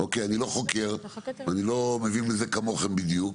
אני לא חוקר ואני לא מבין בזה כמוכם בדיוק,